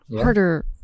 Harder